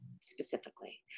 specifically